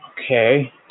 Okay